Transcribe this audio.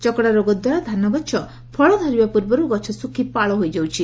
ଚକଡା ରୋଗ ଦ୍ୱାରାଧାନଗଛ ଫଳ ଧରିବା ପୂର୍ବରୁ ଗଛ ଶୁଖ୍ ପାଳ ହୋଇଯାଉଛି